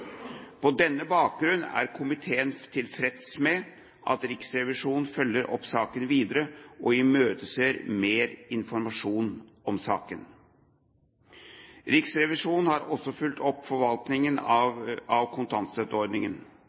På denne bakgrunn er komiteen tilfreds med at Riksrevisjonen følger opp saken videre og imøteser mer informasjon om saken. Riksrevisjonen har også fulgt opp forvaltningen av kontantstøtteordningen.